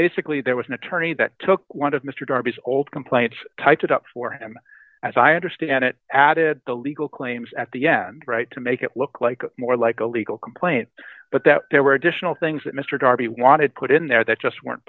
basically there was an attorney that took one of mr darby's old complaints typed it up for him as i understand it added the legal claims at the end right to make it look like more like a legal complaint but that there were additional things that mr darby wanted put in there that just weren't